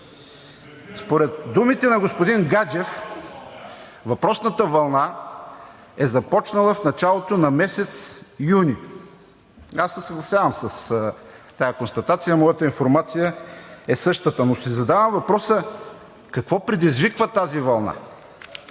Според думите на господин Гаджев въпросната вълна е започнала в началото на месец юни. Съгласявам се с тази констатация. Моята информация е същата, но си задавам въпроса: какво предизвиква тази вълна?